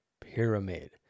Pyramid